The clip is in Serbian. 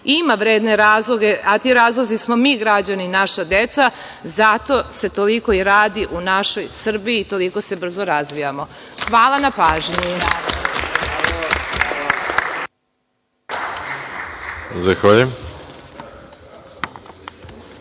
ima vredne razloge, a ti razlozi smo mi građani, naša deca, zato se toliko i radi u našoj Srbiji i toliko se brzo razvijamo. Hvala na pažnji.